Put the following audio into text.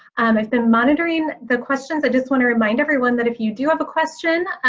i've been monitoring the questions, i just want to remind everyone that if you do have a question,